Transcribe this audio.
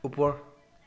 ওপৰ